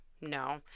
no